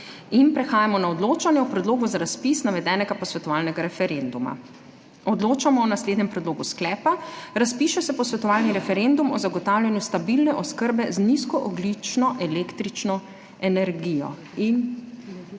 Prehajamo na odločanje o predlogu za razpis navedenega posvetovalnega referenduma. Odločamo o naslednjem predlogu sklepa: Razpiše se posvetovalni referendum o zagotavljanju stabilne oskrbe z nizkoogljično električno energijo.